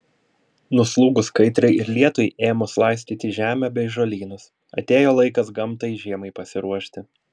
nuslūgus kaitrai ir lietui ėmus laistyti žemę bei žolynus atėjo laikas gamtai žiemai pasiruošti